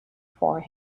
for